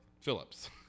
Phillips